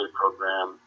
program